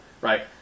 right